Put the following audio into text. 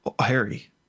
Harry